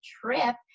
trip